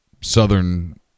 Southern